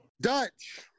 Dutch